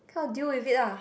come deal with it lah